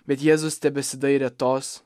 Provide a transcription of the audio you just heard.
bet jėzus tebesidairė tos